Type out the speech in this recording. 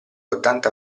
ottanta